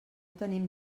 tenim